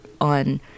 on